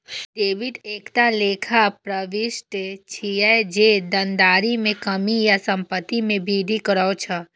debit एकटा लेखा प्रवृष्टि छियै, जे देनदारी मे कमी या संपत्ति मे वृद्धि करै छै